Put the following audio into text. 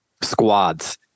squads